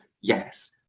yes